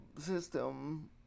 system